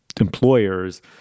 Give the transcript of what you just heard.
employers